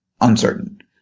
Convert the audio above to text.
uncertain